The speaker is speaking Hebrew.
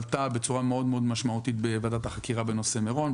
היא עלתה בצורה מאוד מאוד משמעותית בוועדת החקירה בנושא מירון,